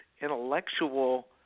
intellectual